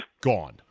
gone